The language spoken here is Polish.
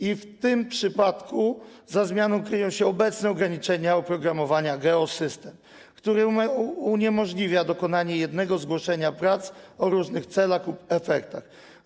I w tym przypadku za zmianą kryją się obecne ograniczenia oprogramowania firmy Geo-System, które uniemożliwia dokonanie jednego zgłoszenia prac o różnych celach lub efektach.